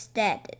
dead